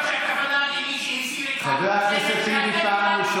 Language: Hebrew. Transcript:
חבר הכנסת אבוטבול, תודה.